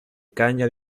caña